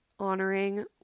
honoring